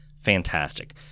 Fantastic